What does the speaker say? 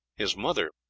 his mother,